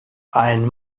ein